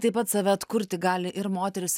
taip pat save atkurti gali ir moteris